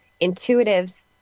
intuitives